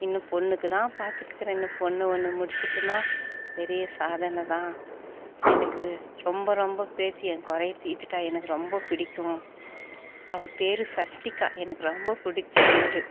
இன்னும் பொண்ணுக்கு தான் பாத்துட்டுக்கிறேன் இன்னும் பொண்ணு ஒன்று முடிச்சுட்டுனா பெரிய சாதனை தான் எனக்கு ரொம்ப ரொம்ப பேத்தி என் குறைய தீர்த்துட்டா எனக்கு ரொம்ப பிடிக்கும் அவ பேர் சஷ்டிகா எனக்கு ரொம்ப பிடிச்ச பேர்